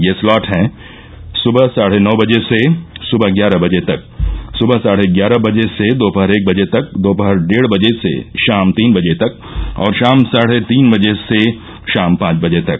ये स्लॉट हैं सुबह साढ़े नौ बजे से सुबह ग्यारह बजे तक सुबह साढ़े ग्यारह बजे से दोपहर एक बजे तक दोपहर डेढ़ बजे से शाम तीन बजे तक और शाम साढ़े तीन बजे से शाम पांच बजे तक